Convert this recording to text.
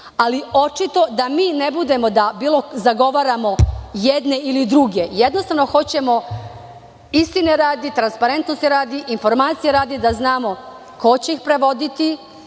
Ali, očito da mi ne budemo da zagovaramo jedne ili druge, jednostavno hoćemo, istine radi, transparentnosti radi, informacije radi da znamo ko će ih prevodi,